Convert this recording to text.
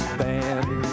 band